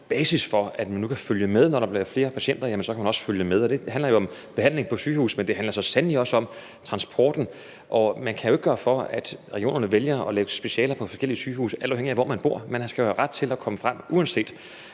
basis for, at man nu kan følge med; når der bliver flere patienter, kan man også følge med. Det handler jo om behandling på sygehus, men det handler så sandelig også om transporten. Man kan jo ikke gøre for, at regionerne vælger at lægge specialer på forskellige sygehuse, alt afhængigt af hvor man bor. Man skal jo have ret til at komme frem, uanset